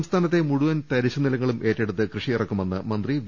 സംസ്ഥാനത്തെ മുഴുവൻ തരിശു നിലങ്ങളും ഏറ്റെടുത്ത് കൃഷി യിറക്കുമെന്ന് മന്ത്രി വി